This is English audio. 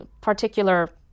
particular